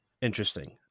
interesting